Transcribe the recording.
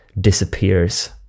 disappears